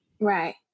Right